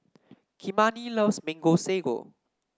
Kymani loves Mango Sago